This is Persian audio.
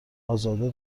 ازاده